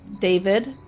David